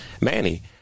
Manny